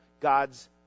God's